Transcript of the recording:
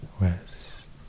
west